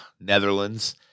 Netherlands